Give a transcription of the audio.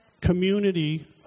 community